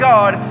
God